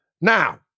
now